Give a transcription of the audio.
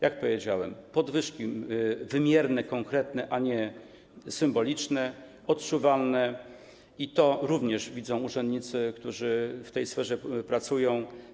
Jak powiedziałem, podwyżki są wymierne, konkretne, a nie symboliczne, są odczuwalne i to również widzą urzędnicy, którzy w tej sferze pracują.